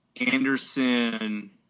Anderson